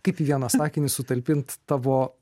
kaip į vieną sakinį sutalpint tavo